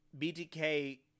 BTK